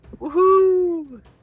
Woohoo